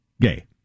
gay